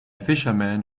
fisherman